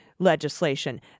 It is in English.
legislation